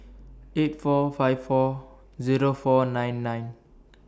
eight four five four Zero four nine nine